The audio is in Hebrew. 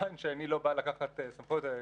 כמובן שאני לא בא לקחת סמכויות,